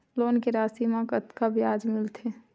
Loan के राशि मा कतका ब्याज मिलथे?